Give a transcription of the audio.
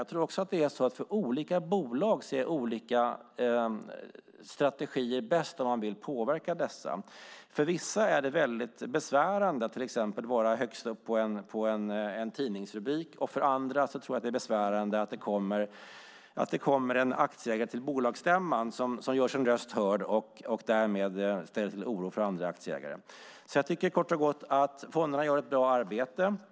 Jag tror också att det är så att för olika bolag är olika strategier bäst om man vill påverka dessa. För vissa är det väldigt besvärande att till exempel vara högst upp i en tidningsrubrik och för andra tror jag att det är besvärande att det kommer en aktieägare till bolagsstämman som gör sin röst hörd och därmed ställer till oro för andra aktieägare. Jag tycker kort och gott att fonderna gör ett bra arbete.